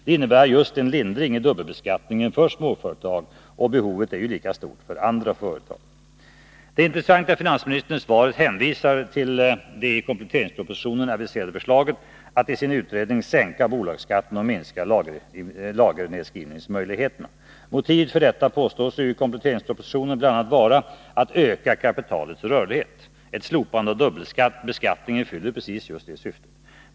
Det innebar just en lindring i dubbelbeskattningen för småföretag, och behovet är ju lika stort för andra företag. Det är intressant att finansministern i svaret hänvisar till det i kompletteringspropositionen aviserade förslaget att sänka bolagsskatten och minska lagernedskrivningsmöjligheterna. Motivet för detta påstås ju i kompletteringspropositionen bl.a. vara att öka kapitalets rörlighet. Ett slopande av dubbelbeskattningen fyller precis detta syfte.